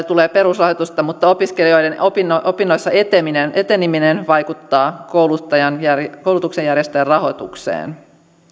tulee perusrahoitusta mutta opiskelijoiden opinnoissa eteneminen vaikuttaa koulutuksen järjestäjän rahoitukseen